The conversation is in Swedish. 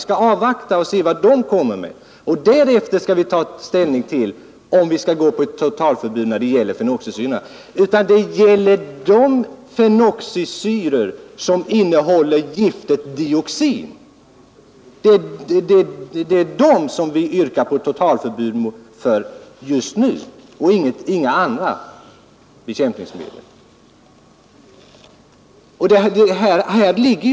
När vi tagit del av deras förslag, skall vi ta ställning till om vi skall kräva ett totalförbud när det gäller fenoxisyrorna. Just nu yrkar vi på totalförbud för de fenoxisyror, som innehåller giftet dioxin.